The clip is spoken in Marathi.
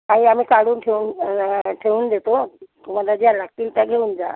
काही आम्ही काढून ठेवून ठेवून देतो तुम्हाला ज्या लागतील त्या घेऊन जा